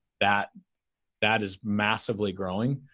that that is massively growing.